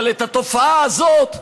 אבל את התופעה הזאת,